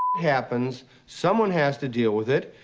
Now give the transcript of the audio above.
happens, someone has to deal with it,